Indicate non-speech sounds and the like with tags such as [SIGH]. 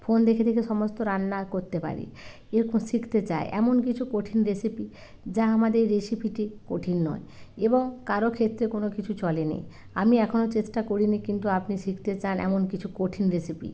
phone দেখে দেখে সমস্ত রান্না করতে পারি এর [UNINTELLIGIBLE] শিখতে চাই এমন কিছু কঠিন রেসিপি যা আমাদের রেসিপিটি কঠিন নয় এবং কারও ক্ষেত্রে কোনো কিছু চলেনি আমি এখনও চেষ্টা করিনি কিন্তু আপনি শিখতে চান এমন কিছু কঠিন রেসিপি